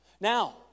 Now